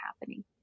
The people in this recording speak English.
happening